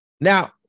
Now